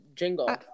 jingle